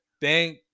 thank